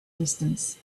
distance